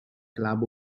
club